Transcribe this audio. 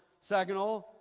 Saginaw